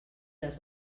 les